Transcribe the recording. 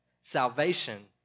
Salvation